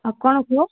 ଆଉ କ'ଣ କୁହ